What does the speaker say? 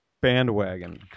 bandwagon